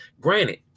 Granted